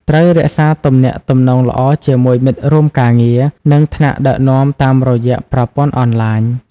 ត្រូវ រក្សាទំនាក់ទំនងល្អជាមួយមិត្តរួមការងារ និងថ្នាក់ដឹកនាំតាមរយៈប្រព័ន្ធអនឡាញ។